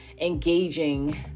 engaging